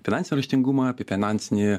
finansinį raštingumą apie finansinį